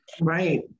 right